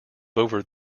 over